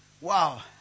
Wow